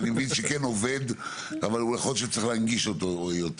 שאני מבין שכן עובד אבל יכול להיות שצריך להנגיש אותו יותר